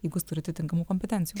jeigu jis turi atinkamų kompetencijų